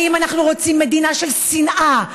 האם אנחנו רוצים מדינה של שנאה,